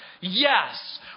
Yes